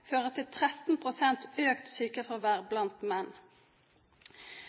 fører til 13 pst. økt sykefravær blant menn.